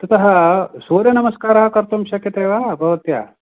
ततः सूर्यनमस्कारः कर्तुं शक्यते वा भवत्या